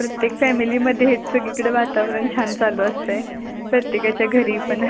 प्रत्येक फॅमिलीमध्ये हेच सगळीकडे वातावरण छान चालू असतं आहे प्रत्येकाच्या घरी पण